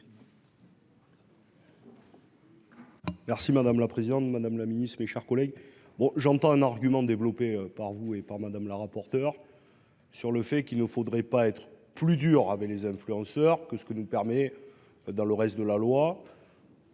Merci madame la présidente Madame la Ministre, mes chers collègues. Bon j'entends un argument développé par vous et par Madame la rapporteure. Sur le fait qu'il ne faudrait pas être plus dur avait les influenceurs que ce que nous permet. Dans le reste de la loi.